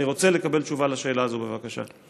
אני רוצה לקבל תשובה על השאלה הזאת, בבקשה.